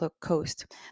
coast